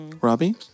Robbie